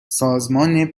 سازمان